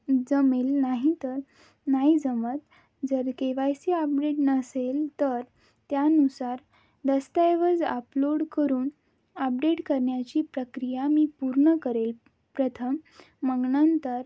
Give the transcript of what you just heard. जमेल नाही तर नाही जमत जर के वाय सी अपडेट नसेल तर त्यानुसार दस्तऐवज अपलोड करून अपडेट करण्याची प्रक्रिया मी पूर्ण करेल प्रथम मग नंतर